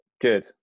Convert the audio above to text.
Good